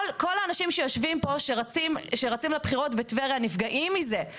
כל האנשים שיושבים פה שרצים לבחירות בטבריה נפגעים מזה.